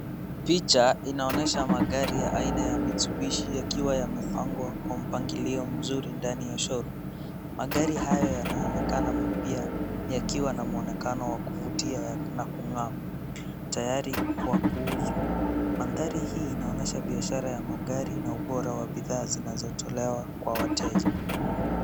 Picha inaonyesha aina ya magari ya Mitsubish yakiwa yamepangwa kwa mpangilio mzuri ndani ya showroom . Magari hayo yanaonekana mpya yakiwa na mwonekano wa kuvutia na kung'aa tayari kwa kuuzwa. Mandhari hii inaonyesha biashara ya magari na ubora wa bidhaa zinazotolewa kwa wateja.